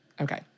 Okay